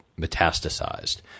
metastasized